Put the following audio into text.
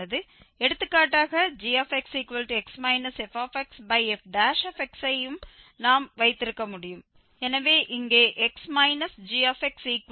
எடுத்துக்காட்டாக gxx fxfx ஐ யும் நாம் வைத்திருக்க முடியும் எனவே இங்கே xgxx fxfx